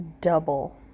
double